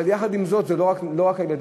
אבל זה לא רק הילדים,